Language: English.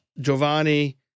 Giovanni